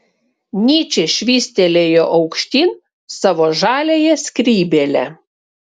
nyčė švystelėjo aukštyn savo žaliąją skrybėlę